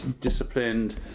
disciplined